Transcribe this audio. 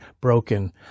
broken